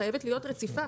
שחייבת להיות רציפה,